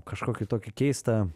kažkokį tokį keistą